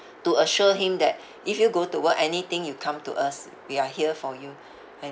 to assure him that if you go to work anything you come to us we are here for you and